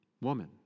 Woman